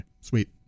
sweet